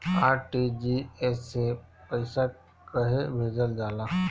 RTGS से पइसा कहे भेजल जाला?